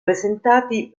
presentati